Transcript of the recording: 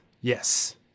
Yes